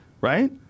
right